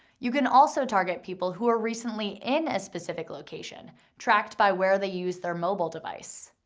you can also target people who are recently in a specific location, tracked by where they use their mobile device.